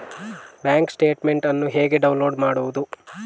Bank statement ಅನ್ನು ಹೇಗೆ download ಮಾಡುವುದು?